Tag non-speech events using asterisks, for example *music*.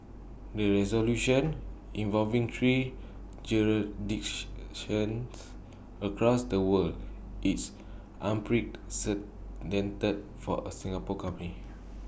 the resolution involving three *unintelligible* across the world is unprecedented for A Singapore company